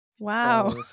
Wow